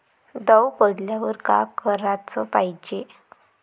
दव पडल्यावर का कराच पायजे?